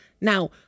Now